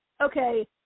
okay